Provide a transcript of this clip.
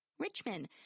Richmond